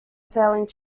sailing